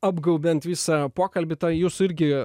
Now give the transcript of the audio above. apgaubiant visą pokalbį tą jūsų irgi